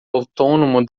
autônomo